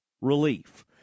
relief